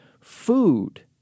food